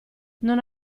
non